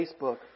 Facebook